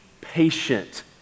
patient